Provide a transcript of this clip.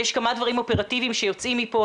יש כמה דברים אופרטיביים שיוצאים מפה,